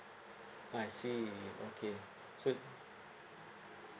I see okay so